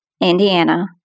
Indiana